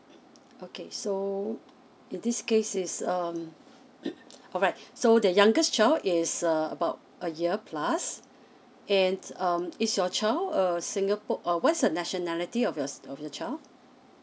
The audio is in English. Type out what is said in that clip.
okay so in this case is um alright so the youngest child is err about a year plus and um is your child a singaporean or what's a nationality of your of your child